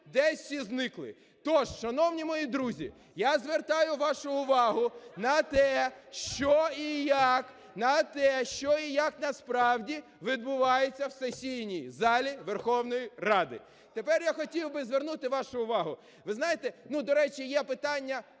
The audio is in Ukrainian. десь всі зникли. Тож, шановні мої друзі, я звертаю вашу увагу, на те, що і як, на те, що і як насправді відбувається у сесійній залі Верховної Ради. Тепер я хотів би звернути вашу увагу, ви знаєте, ну, до речі, є питання: